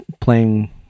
playing